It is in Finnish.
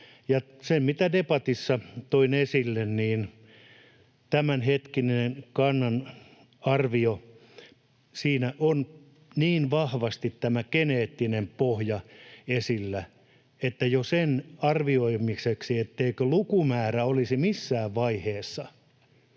Ja kuten debatissa toin esille, tämänhetkisessä kannan arviossa on niin vahvasti tämä geneettinen pohja esillä, että jo sen arvioimiseksi, etteikö lukumäärä olisi missään vaiheessa